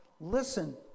listen